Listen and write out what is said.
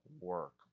work